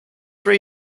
ray